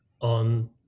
on